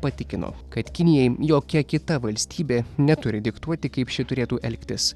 patikimo kad kinijai jokia kita valstybė neturi diktuoti kaip ši turėtų elgtis